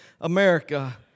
America